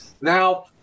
now